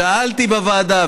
שאלתי בוועדה,